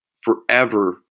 forever